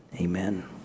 amen